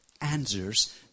answers